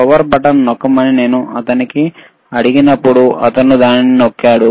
power button నొక్కమని నేను అతనిని అడిగినప్పుడుఅతను దానిని నొక్కాడు